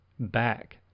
back